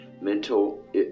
mental